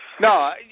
No